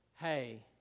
Hey